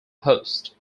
host